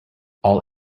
all